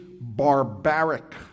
barbaric